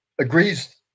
agrees